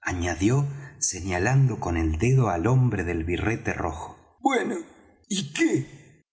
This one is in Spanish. añadió señalando con el dedo al hombre del birrete rojo bueno y qué